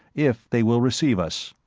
if they will receive us.